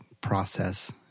process